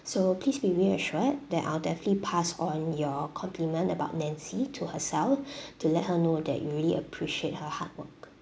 so please be reassured that I'll definitely pass on your compliment about nancy to herself to let her know that you really appreciate her hard work